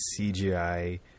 CGI